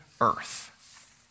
earth